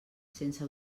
sense